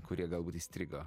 kurie galbūt įstrigo